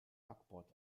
backbord